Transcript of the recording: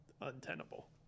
untenable